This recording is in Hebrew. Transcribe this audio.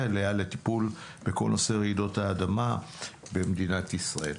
עליה לטיפול בכל נושא רעידות האדמה במדינת ישראל.